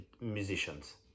musicians